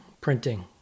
printing